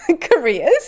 careers